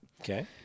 Okay